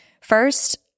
first